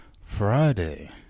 Friday